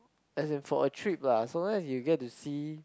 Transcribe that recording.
as a for a trip lah so long you get to see